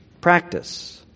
practice